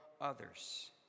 others